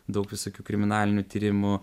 daug visokių kriminalinių tyrimų